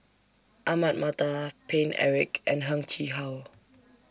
Ahmad Mattar Paine Eric and Heng Chee How